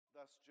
Thus